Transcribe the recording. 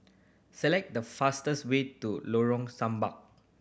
select the fastest way to Lorong Samak